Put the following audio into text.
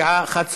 הצעת החוק